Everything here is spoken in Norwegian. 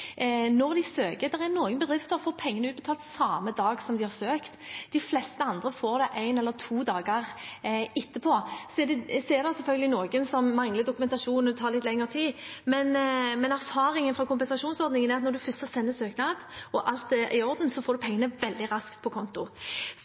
er noen bedrifter som får pengene utbetalt samme dag som de har søkt. De fleste andre får dem én eller to dager etterpå. Det er selvfølgelig noen som mangler dokumentasjon, og det tar litt lengre tid, men erfaringene fra kompensasjonsordningen er at når en først har sendt en søknad og alt er i orden, får en pengene veldig raskt på konto. Og så